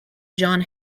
john